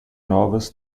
novas